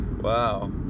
Wow